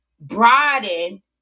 broaden